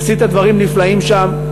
עשית דברים נפלאים שם,